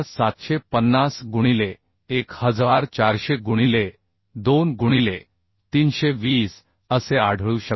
28750 गुणिले 1400 गुणिले 2 गुणिले 320 असे आढळू शकते